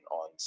on